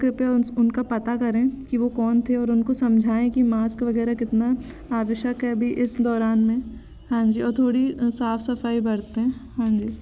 कृपया उनका पता करें कि वो कौन थे और उनको समझाऍं कि मास्क वग़ैरह कितना आवश्यक है अभी इस दौरान में हाँ जी और थोड़ी साफ़ सफ़ाई बरतें हाँ जी